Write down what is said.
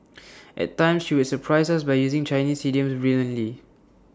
at times she would surprise us by using Chinese idioms brilliantly